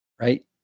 Right